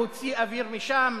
להוציא אוויר משם,